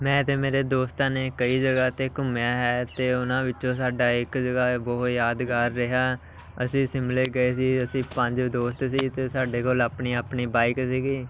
ਮੈਂ ਅਤੇ ਮੇਰੇ ਦੋਸਤਾਂ ਨੇ ਕਈ ਜਗ੍ਹਾ 'ਤੇ ਘੁੰਮਿਆ ਹੈ ਅਤੇ ਉਹਨਾਂ ਵਿੱਚੋਂ ਸਾਡਾ ਇੱਕ ਜਗ੍ਹਾ ਬਹੁਤ ਯਾਦਗਾਰ ਰਿਹਾ ਅਸੀਂ ਸ਼ਿਮਲੇ ਗਏ ਸੀ ਅਸੀਂ ਪੰਜ ਦੋਸਤ ਸੀ ਅਤੇ ਸਾਡੇ ਕੋਲ ਆਪਣੀ ਆਪਣੀ ਬਾਈਕ ਸੀਗੀ